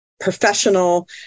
Professional